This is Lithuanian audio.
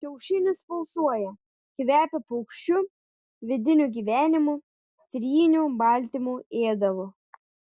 kiaušinis pulsuoja kvepia paukščiu vidiniu gyvenimu tryniu baltymu ėdalu